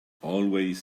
always